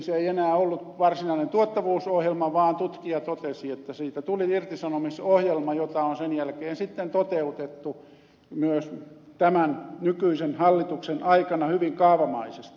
se ei enää ollut varsinainen tuottavuusohjelma vaan tutkija totesi että siitä tuli irtisanomisohjelma jota on sen jälkeen sitten toteutettu myös tämän nykyisen hallituksen aikana hyvin kaavamaisesti